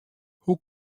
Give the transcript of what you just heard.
hoe